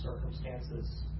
circumstances